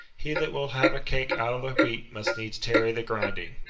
he that will have a cake out of the wheat must needs tarry the grinding.